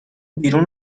بیرون